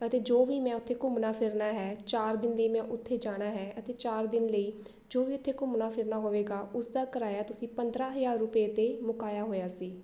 ਅਤੇ ਜੋ ਵੀ ਮੈਂ ਉੱਥੇ ਘੁੰਮਣਾ ਫਿਰਨਾ ਹੈ ਚਾਰ ਦਿਨ ਲਈ ਮੈਂ ਉੱਥੇ ਜਾਣਾ ਹੈ ਅਤੇ ਚਾਰ ਦਿਨ ਲਈ ਜੋ ਵੀ ਉੱਥੇ ਘੁੰਮਣਾ ਫਿਰਨਾ ਹੋਵੇਗਾ ਉਸਦਾ ਕਿਰਾਇਆ ਤੁਸੀਂ ਪੰਦਰ੍ਹਾਂ ਹਜ਼ਾਰ ਰੁਪਏ 'ਤੇ ਮੁਕਾਇਆ ਹੋਇਆ ਸੀ